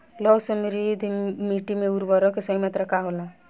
लौह समृद्ध मिट्टी में उर्वरक के सही मात्रा का होला?